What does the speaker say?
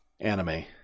Anime